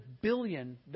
billion